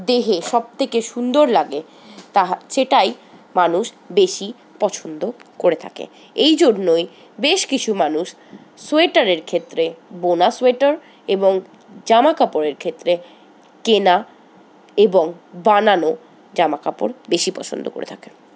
দেহে সব থেকে সুন্দর লাগে তা সেটাই মানুষ বেশি পছন্দ করে থাকে এই জন্যই বেশ কিছু মানুষ সোয়েটারের ক্ষেত্রে বোনা সোয়েটার এবং জামাকাপড়ের ক্ষেত্রে কেনা এবং বানানো জামাপড় বেশি পছন্দ করে থাকে